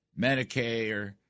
Medicare